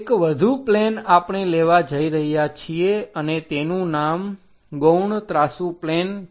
એક વધુ પ્લેન આપણે લેવા જઈ રહ્યા છીએ અને તેનું નામ ગૌણ ત્રાંસુ પ્લેન છે